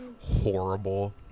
horrible